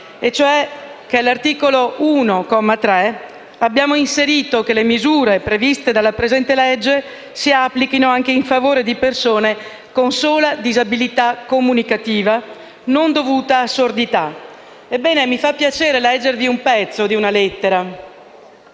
Al comma 3 dell'articolo 1 abbiamo previsto che le misure previste dalla presente legge si applichino in favore di persone con sola disabilità comunicativa non dovuta a sordità. Mi fa piacere leggervi una parte di una lettera